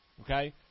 Okay